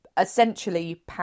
essentially